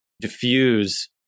diffuse